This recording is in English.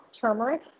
turmeric